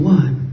one